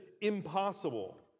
impossible